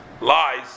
lies